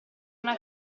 una